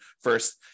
first